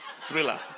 Thriller